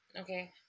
okay